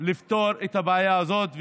לפתור את הבעיה הזאת,